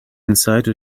inside